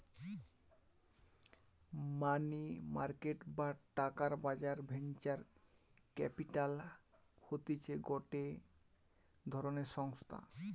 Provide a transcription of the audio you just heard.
মানি market বা টাকার বাজার ভেঞ্চার ক্যাপিটাল হতিছে গটে ধরণের সংস্থা